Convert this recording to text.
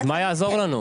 אז מה יעזור לנו?